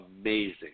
amazing